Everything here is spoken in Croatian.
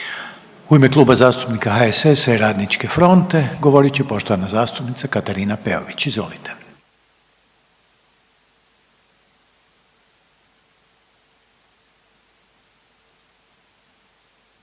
U ime Kluba zastupnika HSS-a i RF-a govorit će poštovana zastupnica Katarina Peović. Izvolite.